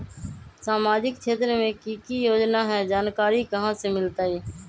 सामाजिक क्षेत्र मे कि की योजना है जानकारी कहाँ से मिलतै?